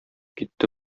китте